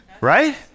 Right